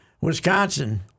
Wisconsin